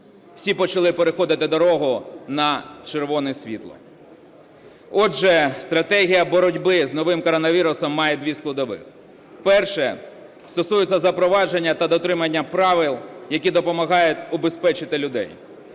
всі почали "переходити дорогу на червоне світло". Отже, стратегія боротьби з новим коронавірусом має дві складові. Перша – стосується запровадження та дотримання правил, які допомагають убезпечити людей.